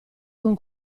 con